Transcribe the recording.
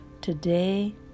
today